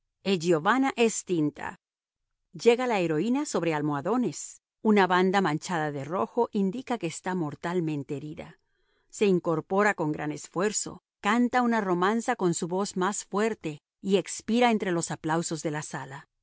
giovanna e stinta llega la heroína sobre almohadones una banda manchada de rojo indica que está mortalmente herida se incorpora con gran esfuerzo canta una romanza con su voz más fuerte y expira entre los aplausos de la sala